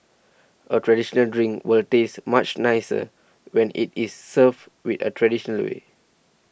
a traditional drink will taste much nicer when it is served with a traditional way